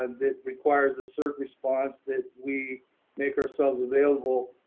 and that requires a certain response that we make ourselves available.